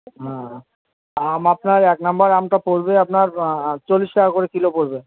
হ্যাঁ আম আপনার এক নম্বর আমটা পড়বে আপনার চল্লিশ টাকা করে কিলো পড়বে